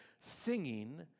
singing